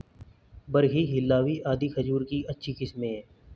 बरही, हिल्लावी आदि खजूर की अच्छी किस्मे हैं